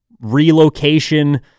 relocation